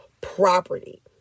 property